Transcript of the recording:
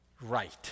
right